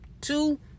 two